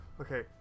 Okay